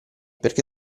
perché